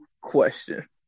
question